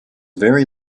very